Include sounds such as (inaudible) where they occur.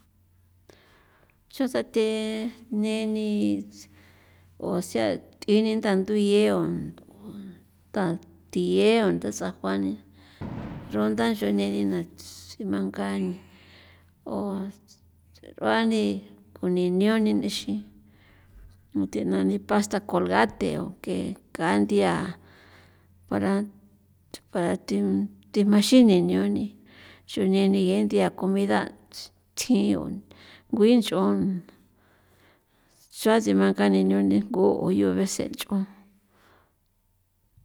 Chun sathe neni osea th'ini tandu ye'o tathi yeo ndatsa jua ni (noise) runda ncho neni na tsimanga ni o rua ni koni nioni nixin nunthe'na ni pasta colgate o ke ka nthia para para thi thjimanxin nioni chujneni ni gen nthia' comida thjin o ngui nch'on tsuatsi banka ni nunde jngo o yu vece nch'on.